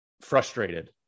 frustrated